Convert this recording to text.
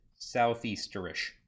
southeasterish